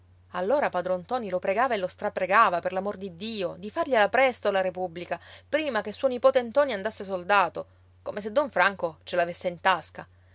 allora padron ntoni lo pregava e lo strapregava per l'amor di dio di fargliela presto la repubblica prima che suo nipote ntoni andasse soldato come se don franco ce l'avesse in tasca